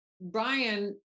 Brian